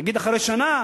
נגיד אחרי שנה,